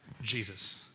Jesus